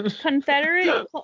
Confederate